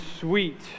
sweet